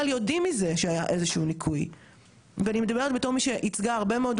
ואני מדברת בתור מישהי שייצגה הרבה מאוד עובדים שהגיעו למצב שהיו